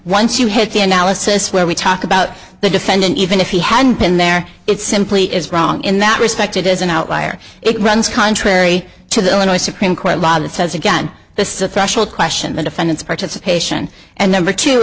once you hit the analysis where we talk about the defendant even if he hadn't been there it simply is wrong in that respect it is an outlier it runs contrary to the illinois supreme court law that says again this is a threshold question the defendant's participation and number two